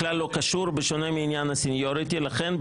בסדר,